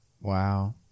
Wow